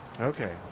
Okay